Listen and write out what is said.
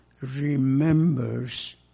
remembers